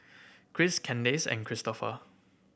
Christ Kandace and Cristofer